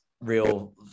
real